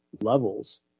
levels